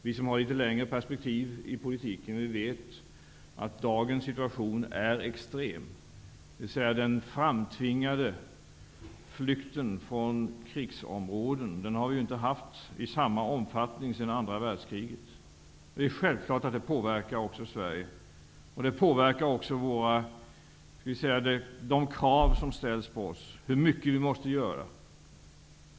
Vi som har litet längre perspektiv i politiken vet att dagens situation är extrem. Den framtvingade flykten från krigsområden har vi inte haft i samma omfattning sedan andra världskriget. Självklart påverkar det också Sverige. Det påverkar också de krav som ställs på oss, på hur mycket vi måste göra.